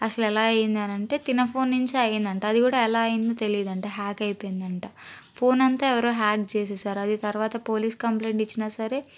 అసలు ఎలా అయ్యింది అంటే తన ఫోన్ నుంచి అయిందంట అది కూడా ఎలా అయ్యిందో తెలియదు అంటా హ్యాక్ అయిపోతుందంటా ఫోన్ అంతా ఎవరో హ్యాక్ చేసేసారు అది తర్వాత పోలీస్ కంప్లైంట్ ఇచ్చినా సరే